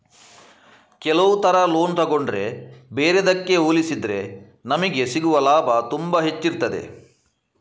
ಕೆಲವು ತರ ಲೋನ್ ತಗೊಂಡ್ರೆ ಬೇರೆದ್ದಕ್ಕೆ ಹೋಲಿಸಿದ್ರೆ ನಮಿಗೆ ಸಿಗುವ ಲಾಭ ತುಂಬಾ ಹೆಚ್ಚಿರ್ತದೆ